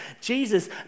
Jesus